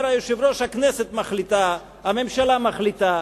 אומר היושב-ראש: הכנסת מחליטה, הממשלה מחליטה.